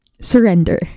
Surrender